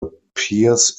appears